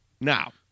Now